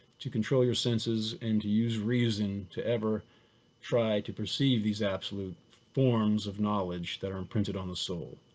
to control your senses, and to use reason to ever try to perceive these absolute forms of knowledge that are imprinted on the soul.